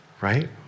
right